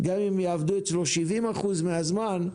גם אם יעבדו אצלו 70% מהזמן,